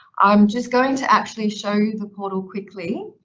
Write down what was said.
i'm just going to actually show you the portal quickly.